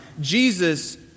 Jesus